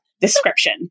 description